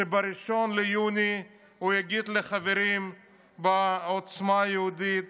שב-1 ביוני הוא יגיד לחברים בעוצמה יהודית